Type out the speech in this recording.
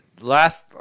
last